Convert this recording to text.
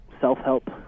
self-help